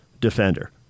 defender